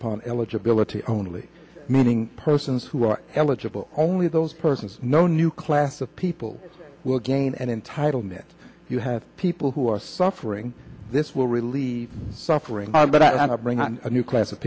upon eligibility only meeting persons who are eligible only those persons no new class of people will gain entitlement you have people who are suffering this will relieve suffering but want to bring on a new class of